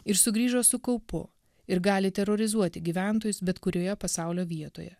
ir sugrįžo su kaupu ir gali terorizuoti gyventojus bet kurioje pasaulio vietoje